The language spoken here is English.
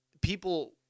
people